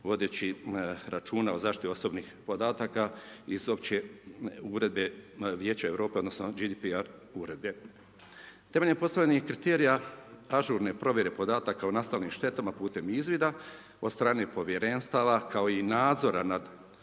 vodeći računa o zaštiti osobnih podataka iz opće uredbe vijeća Europe, odnosno GDP uredbe. Temeljem postavljenih kriterija ažurne provjere podataka o nastalim štetama putem izvida od strane povjerenstava, kao i nadzora od